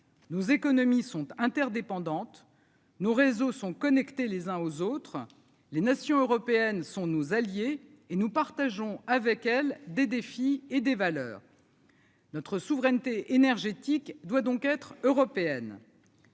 Nous économies sont interdépendantes nos réseaux sont connectés les uns aux autres, les nations européennes sont nos alliés et nous partageons avec elle des défis et des valeurs. Notre souveraineté énergétique doit donc être européenne.